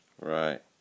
Right